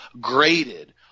graded